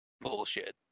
bullshit